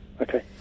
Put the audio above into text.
Okay